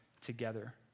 together